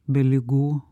be ligų